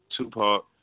Tupac